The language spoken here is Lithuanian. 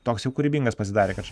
toks jau kūrybingas pasidarė kad